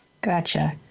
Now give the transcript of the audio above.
Gotcha